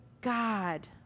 God